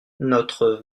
notre